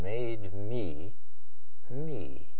made me me